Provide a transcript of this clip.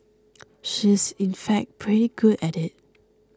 she is in fact pretty good at it